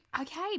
okay